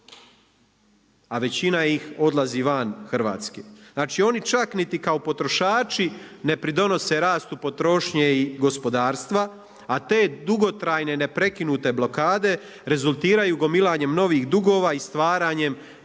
a većina ih odlazi van Hrvatske. Znači, oni čak niti kao potrošači ne pridonose rastu potrošnje i gospodarstva, a te dugotrajne neprekinute blokade rezultiraju gomilanjem novih dugova i stvaranjem